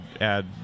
add